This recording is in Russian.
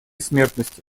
смертности